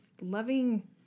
loving